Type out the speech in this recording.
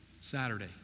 Saturday